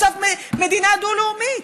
בסוף מדינה דו-לאומית.